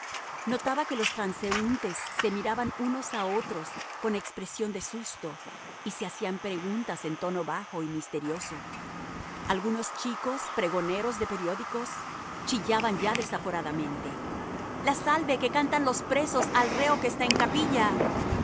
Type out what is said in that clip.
notaba que los transeúntes se miraban unos a otros con expresión de susto y se hacían preguntas en tono bajo y misterioso algunos chicos pregoneros de periódicos chillaban ya desaforadamente la salve que cantan los presos al reo que está en capilla